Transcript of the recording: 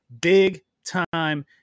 big-time